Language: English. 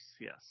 Yes